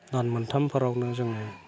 दान मोनथामफोरावनो जों